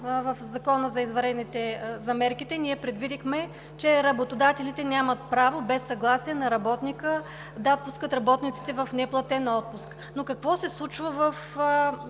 В Закона за мерките ние предвидихме, че работодателите нямат право, без съгласие на работника, да пускат работниците в неплатен отпуск. Но какво се случва в